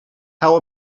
how